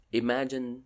imagine